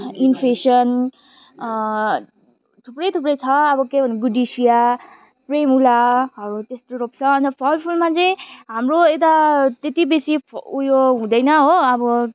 infection थुप्रै थुप्रै छ अब के भन्नु गुडिसिया प्रेमुला हौ त्यस्तो रोप्छ अन्त फलफुलमा चाहिँ हाम्रो यता त्यति बेसी उयो हुँदैन हो अब